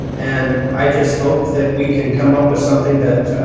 and i just hope that we can come up with something that